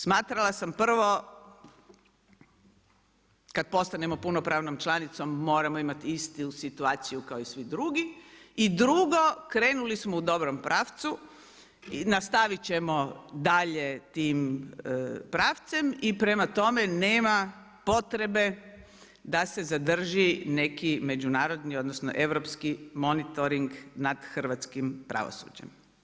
Smatrala sam prvo kad postanemo punopravnom članicom, moramo istu situaciju kao i svi drugi i drugo, krenuli smo u dobrom pravcu, nastaviti ćemo dalje tim pravcem i prema tome, nema potrebe da se zadrži neki međunarodni, odnosno, europski monitoring nad hrvatskim pravosuđem.